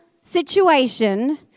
situation